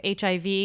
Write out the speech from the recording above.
HIV